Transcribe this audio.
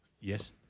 Yes